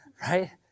right